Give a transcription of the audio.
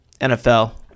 NFL